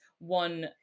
one